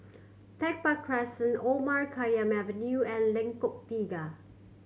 Tech Park Crescent Omar Khayyam Avenue and Lengkok Tiga